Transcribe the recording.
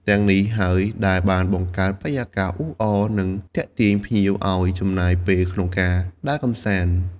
ទាំងនេះហើយ ដែលបានបង្កើតបរិយាកាសអ៊ូអរ និងទាក់ទាញភ្ញៀវឱ្យចំណាយពេលក្នុងការដើរកម្សាន្ត។